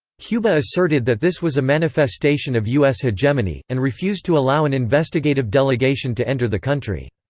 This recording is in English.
cuba asserted that this was a manifestation of u s. hegemony, and refused to allow an investigative delegation to enter the country.